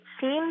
seems